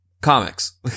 comics